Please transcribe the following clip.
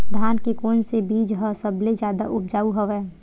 धान के कोन से बीज ह सबले जादा ऊपजाऊ हवय?